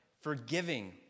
forgiving